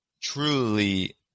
truly